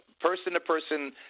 person-to-person